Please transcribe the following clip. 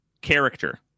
character